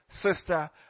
Sister